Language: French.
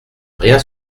rien